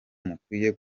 mukwiye